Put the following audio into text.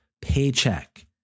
paycheck